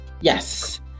Yes